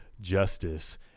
justice